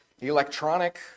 electronic